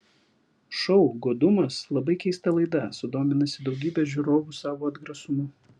šou godumas labai keista laida sudominusi daugybę žiūrovu savo atgrasumu